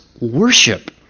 worship